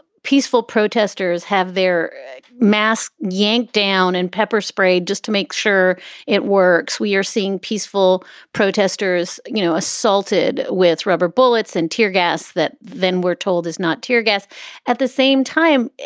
peaceful protesters have their masks yanked down and pepper sprayed just to make sure it works. we are seeing peaceful protesters, you know, assaulted with rubber bullets and tear gas. that van, we're told, is not teargas at the same time.